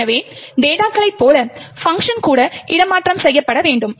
எனவே டேட்டாகளை போல பங்க்ஷன் கூட இடமாற்றம் செய்யப்பட வேண்டும்